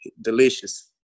Delicious